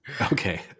Okay